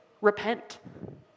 repent